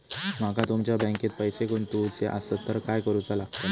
माका तुमच्या बँकेत पैसे गुंतवूचे आसत तर काय कारुचा लगतला?